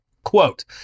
quote